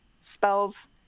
spells